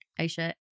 Aisha